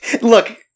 Look